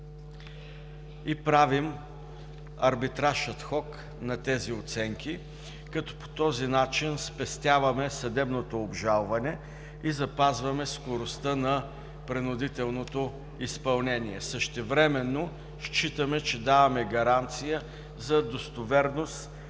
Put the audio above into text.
и правим арбитраж адхок на тези оценки, като по този начин спестяваме съдебното обжалване и запазваме скоростта на принудителното изпълнение. Същевременно считаме, че даваме гаранция за достоверност